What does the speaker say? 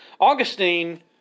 Augustine